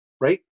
Right